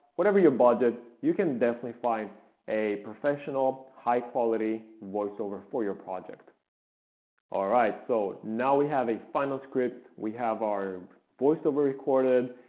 whatever your budget, you can definitely find a professional, high quality voiceover for your project alright, so now we have a final script, we have our voiceover recorded,